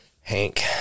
Hank